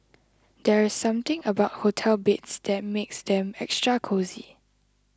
there's something about hotel beds that makes them extra cosy